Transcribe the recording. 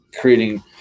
creating